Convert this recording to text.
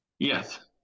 Yes